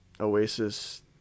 oasis